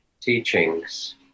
teachings